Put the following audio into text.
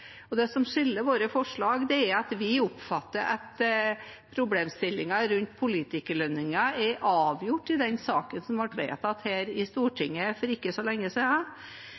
Det som skiller våre forslag, er at vi oppfatter at problemstillingen rundt politikerlønninger er avgjort i den saken som ble vedtatt her i Stortinget for ikke så lenge